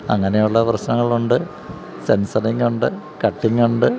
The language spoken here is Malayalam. അങ്ങനെയുള്ള പ്രശ്നങ്ങളുണ്ട് സെൻസറിങ്ങുണ്ട് കട്ടിങ്ങുണ്ട്